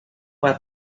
uma